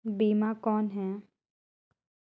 बीमा कौन है?